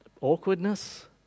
awkwardness